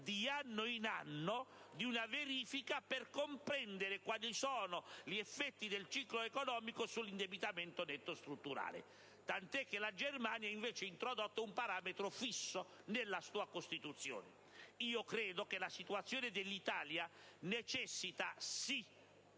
di anno in anno di una verifica per comprendere quali sono gli effetti del ciclo economico sull'indebitamento netto strutturale, tanto che la Germania ha invece introdotto un parametro fisso nella sua Costituzione. Credo che la situazione dell'Italia necessiti di